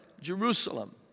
Jerusalem